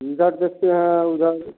दस दस के हैं उधर